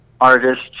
artists